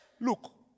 Look